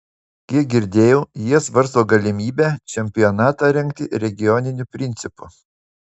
kiek girdėjau jie svarsto galimybę čempionatą rengti regioniniu principu